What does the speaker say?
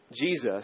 Jesus